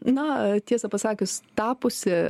na tiesą pasakius tapusi